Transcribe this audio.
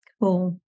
Cool